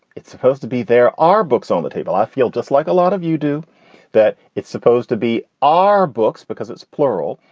it's supposed to be. there are books on the table. i feel just like a lot of you do that. it's supposed to be our books because it's plural.